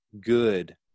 good